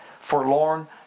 forlorn